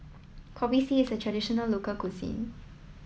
Kopi C is a traditional local cuisine